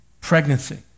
Pregnancy